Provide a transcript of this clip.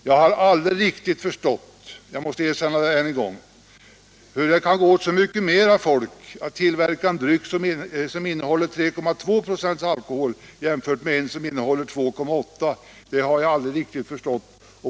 Jag har aldrig riktigt förstått — jag måste erkänna det än en gång — hur det kan gå åt så mycket mera folk för att tillverka en dryck som innehåller 3,2 96 alkohol jämfört med den som innehåller 2,8 96.